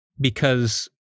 because-